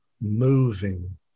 moving